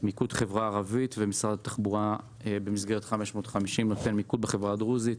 החברה הערבית ומשרד התחבורה במסגרת 550 נותן מיקוד בחברה הדרוזית,